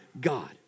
God